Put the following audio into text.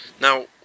now